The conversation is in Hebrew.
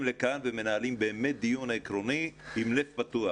לכאן ומנהלים דיון עקרוני עם לב פתוח,